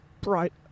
bright